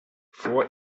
vor